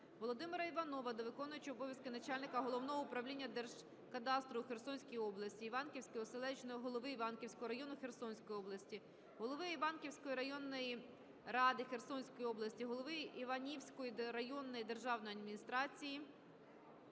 Володимира Іванова до виконуючого обов'язки начальника Головного управління Держгеокадастру у Херсонській області, Іванівського селищного голови Іванівського району Херсонської області, голови Іванівського районної ради Херсонської області, голови Іванівської районної державної адміністрації